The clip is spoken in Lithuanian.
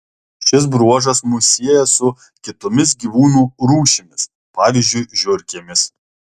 šis bruožas mus sieja su kitomis gyvūnų rūšimis pavyzdžiui žiurkėmis